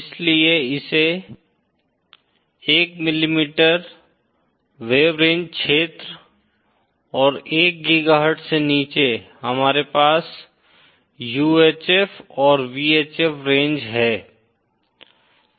इसीलिए इसे 1 millimetre wave range क्षेत्र और 1 गीगाहर्ट्ज से नीचे हमारे पास UHF और VHF रेंज हैं